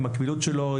עם הקבילות שלו,